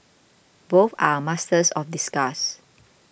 both are masters of disguise